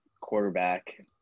quarterback